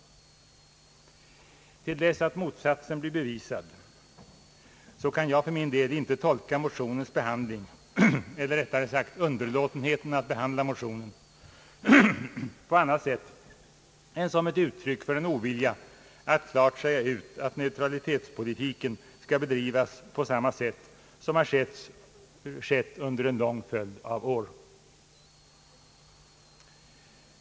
Till dess att motsatsen blir bevisad kan jag för min del inte tolka motionens behandling eller rättare sagt dess underlåtna behandling på annat sätt än som ett uttryck för ovilja att klart säga ut att vår neutralitetspolitik skall bedrivas på samma sätt som har skett under en lång följd av år.